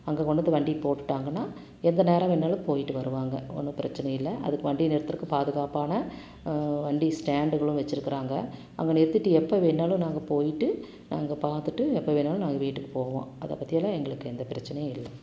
அங்கே கொண்டு வந்து வண்டியை போட்டுட்டாங்கன்னா எந்த நேரம் வேணுணாலும் போய்ட்டு வருவாங்க ஒன்றும் பிரச்சனை இல்லை அதுக்கு வண்டியை நிறுத்துகிறதுக்கு பாதுகாப்பான வண்டி ஸ்டாண்டுகளும் வச்சிருக்கிறாங்க அங்கே நிறுத்திகிட்டு எப்போ வேணுணாலும் நாங்கள் போய்ட்டு நாங்கள் பார்த்துட்டு எப்போ வேணுணாலும் நாங்கள் வீட்டுக்கு போவோம் அதை பற்றியெல்லாம் எங்களுக்கு எந்த பிரச்சனையும் இல்லை